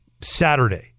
Saturday